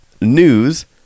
news